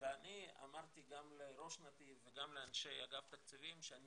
ואני אמרתי גם לראש נתיב וגם לאנשי אגף התקציבים שאני